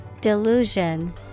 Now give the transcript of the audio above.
Delusion